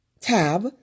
tab